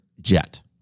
jet